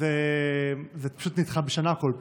אז זה פשוט נדחה בשנה כל פעם.